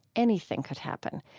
anything could happen.